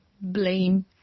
blame